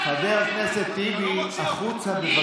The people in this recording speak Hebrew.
חבר הכנסת טיבי, החוצה.